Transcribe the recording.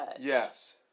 Yes